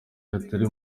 hatari